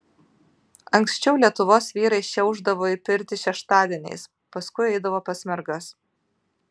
anksčiau lietuvos vyrai šiaušdavo į pirtį šeštadieniais paskui eidavo pas mergas